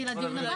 ננעלה